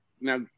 now